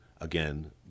again